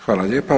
Hvala lijepa.